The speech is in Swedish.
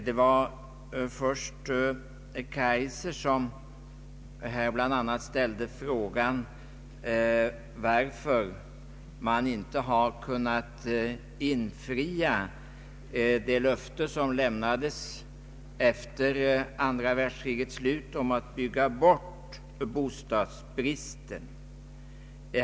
Herr Kaijser ställde frågan varför man inte har kunnat infria löftet efter andra världskrigets slut om att bygga bort bostadsbristen.